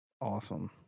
awesome